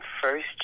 first